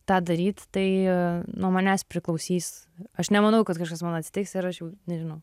tą daryti tai nuo manęs priklausys aš nemanau kad kažkas man atsitiks ir aš jau nežinau